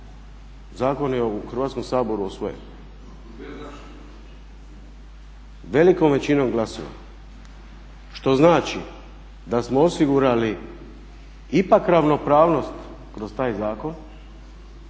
zakon je u Hrvatskom saboru usvojen velikom većinom glasova što znači da smo osigurali ipak ravnopravnost kroz taj zakon